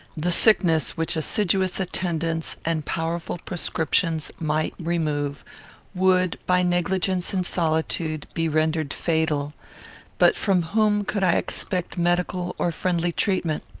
the sickness which assiduous attendance and powerful prescriptions might remove would, by negligence and solitude, be rendered fatal but from whom could i expect medical or friendly treatment?